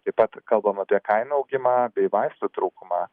taip pat kalbama apie kainų augimą bei vaistų trūkumą